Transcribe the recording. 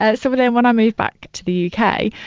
ah so, but then when i moved back to the u k,